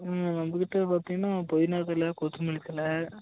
ம் நம்ம கிட்டே பார்த்திங்கனா புதினா தழை கொத்தமல்லி தழை